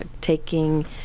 taking